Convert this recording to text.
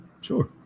sure